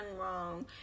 wrong